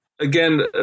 again